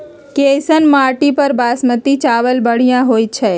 कैसन माटी पर बासमती चावल बढ़िया होई छई?